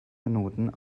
minuten